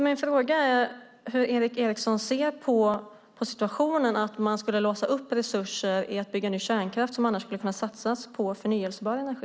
Min fråga är hur Erik A Eriksson ser på situationen att man skulle låsa upp resurser i att bygga ny kärnkraft som annars skulle kunna satsas på förnybar energi.